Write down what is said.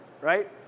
right